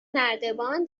نردبان